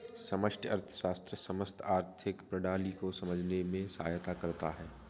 समष्टि अर्थशास्त्र समस्त आर्थिक प्रणाली को समझने में सहायता करता है